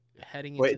heading